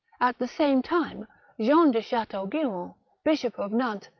at the same time jean de chateaugiron, bishop of nantes,